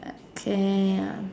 okay ah